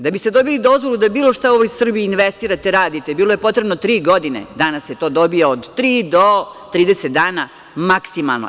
Da biste dobili dozvolu da bilo šta u ovoj Srbiji investirate, radite, bilo je potrebno tri godine, danas se to dobija od tri do 30 dana, maksimalno.